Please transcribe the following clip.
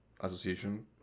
association